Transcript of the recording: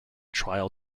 trial